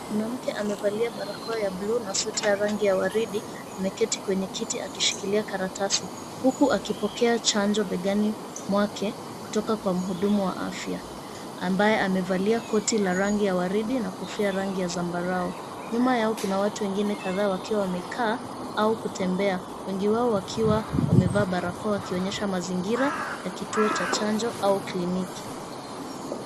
Mwanamke amevalia barakoa ya [blue] na [sweater ] ya rangi ya waridi ameketi kwenye kiti akishikilia karatasi huku akipokea chanjo begani mwake kutoka kwa mhudumu wa afya ambaye amevalia koti la rangi ya waridi na kofia ya rangi ya zambaraunyuma yao Kuna watu wengine wakiwa wamekaa au kutembea wengi wao wakiwa wamevaa barakoa kuonyesha mazingira ya kituo cha chanjo au kliniki.